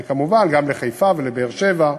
וכמובן גם לחיפה ולבאר-שבע,